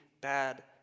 bad